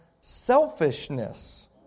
selfishness